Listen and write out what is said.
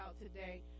today